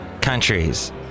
countries